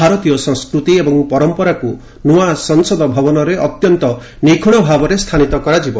ଭାରତୀୟ ସଂସ୍କୃତି ଏବଂ ପରମ୍ପରାକୁ ନୂଆ ସଂସଦ ଭବନରେ ଅତ୍ୟନ୍ତ ନିଖୁଣ ଭାବରେ ସ୍ଥାନିତ କରାଯିବ